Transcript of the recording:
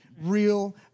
real